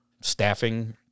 staffing